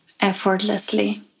Effortlessly